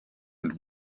und